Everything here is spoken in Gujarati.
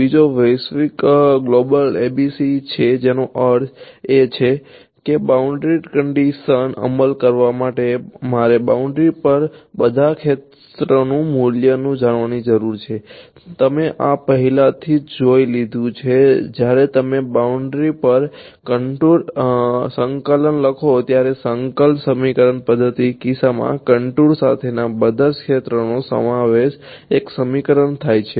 બીજો વૈશ્વિક લખો ત્યારે સંકલન સમીકરણ પદ્ધતિના કિસ્સામાં કન્ટુર સાથેના બધા ક્ષેત્રોનો સમાવેશ એક સમીકરણમાં થાય છે